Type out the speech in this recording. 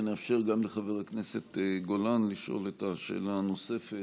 שנאפשר גם לחבר הכנסת גולן לשאול את השאלה הנוספת,